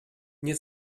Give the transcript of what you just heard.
nie